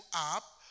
up